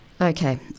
Okay